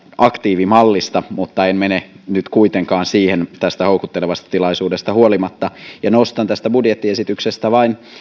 aktiivimallista mutta en mene nyt kuitenkaan siihen tästä houkuttelevasta tilaisuudesta huolimatta nostan budjettiesityksestä vain